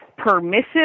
Permissive